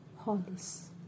Hollis